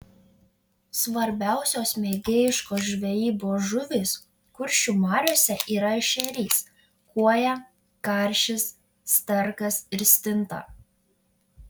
svarbiausios mėgėjiškos žvejybos žuvys kuršių mariose yra ešerys kuoja karšis sterkas ir stinta